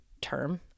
term